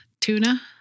tuna